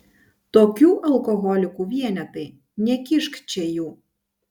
tokių alkoholikų vienetai nekišk čia jų